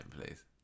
please